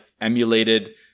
emulated